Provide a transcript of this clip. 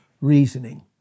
reasoning